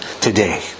today